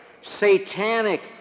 satanic